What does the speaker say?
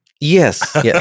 Yes